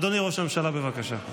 אדוני ראש הממשלה, בבקשה.